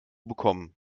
bekommen